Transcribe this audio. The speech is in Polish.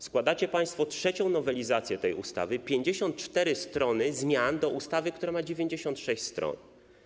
Składacie państwo trzecią nowelizację tej ustawy, 54 strony zmian do ustawy, która ma 96 stron.